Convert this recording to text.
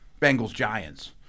Bengals-Giants